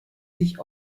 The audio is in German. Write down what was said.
sich